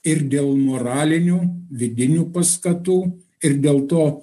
ir dėl moralinių vidinių paskatų ir dėl to